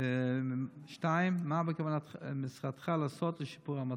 2. מה בכוונת משרדך לעשות לשיפור המצב?